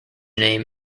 name